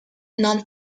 non